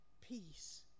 peace